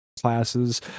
classes